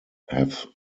have